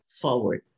forward